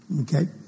Okay